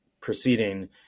proceeding